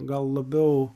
gal labiau